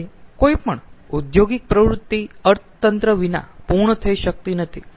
હવે કોઈ પણ ઔદ્યોગિક પ્રવૃત્તિ અર્થતંત્ર વિના પૂર્ણ થઈ શકતી નથી